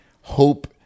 hope